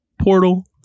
portal